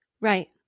Right